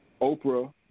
Oprah